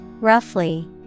Roughly